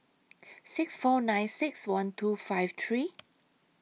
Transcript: six four nine six one two five three